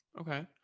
Okay